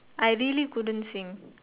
I really couldn't sing